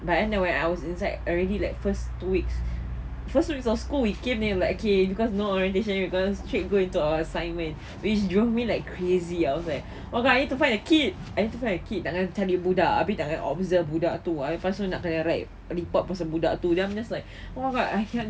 but anyway I was inside already like first two weeks first week of school it kill me like okay because no orientation because you straight go into our assignment which drove me like crazy I was like okay I need to find a kid I need to find a kid takkan tell me budak tapi tak nak observe budak tu lepas tu I nak tanya write report pasal budak tu then I'm just like oh my god I cannot do this